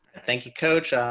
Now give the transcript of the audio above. thank you, coach.